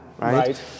Right